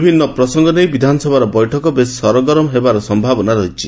ବିଭିନ୍ ପ୍ରସଙ୍ଙ ନେଇ ବିଧାନସଭାର ବୈଠକ ବେଶ୍ ସରଗରମ୍ ହେବାର ସମ୍ଭାବନା ରହିଛି